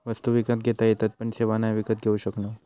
वस्तु विकत घेता येतत पण सेवा नाय विकत घेऊ शकणव